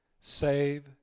save